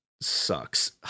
sucks